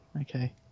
Okay